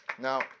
Now